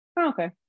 okay